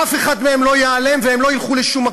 אף אחד מהם לא ייעלם והם לא ילכו לשום מקום.